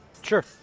Sure